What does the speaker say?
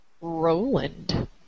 Roland